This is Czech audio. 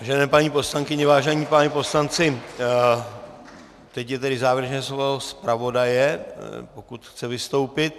Vážené paní poslankyně, vážení páni poslanci, teď je tedy závěrečné slovo zpravodaje, pokud chce vystoupit.